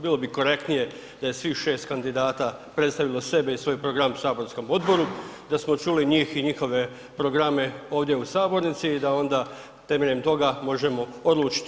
Bilo bi korektnije da je svih šest kandidata predstavilo sebe i svoj program saborskom odboru, da smo čuli njih i njihove programe ovdje u sabornici i da onda temeljem toga možemo odlučiti.